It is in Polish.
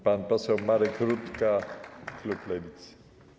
Pan poseł Marek Rutka, klub Lewicy.